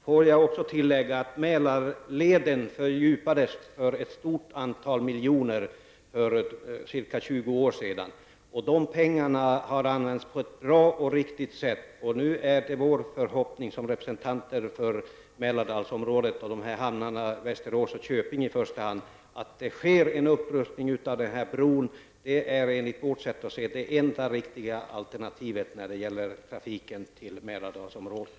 Jag vill också tillägga att Mälarleden fördjupades till en kostnad av många miljoner kronor för ca 20 år sedan. De pengarna har använts på ett bra och riktigt sätt. Som representanter för Mälardalsområdet och hamnarna, i i första hand Västerås och Köping, är det nu vår förhoppning att det sker en upprustning av Södertäljebron. Enligt vårt sätt att se på frågan är detta det enda riktiga alternativet när det gäller trafiken till Mälardalsområdet.